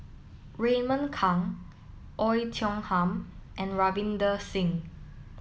Raymond Kang Oei Tiong Ham and Ravinder Singh